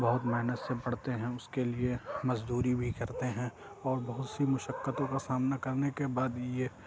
بہت محنت سے پڑھتے ہیں اس کے لیے مزدوری بھی کرتے ہیں اور بہت سی مشقتوں کا سامان کرنے کے بعد یہ